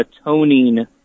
atoning